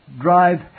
drive